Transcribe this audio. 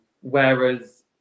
Whereas